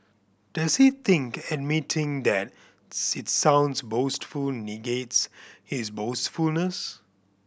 does he think admitting that it sounds boastful negates his boastfulness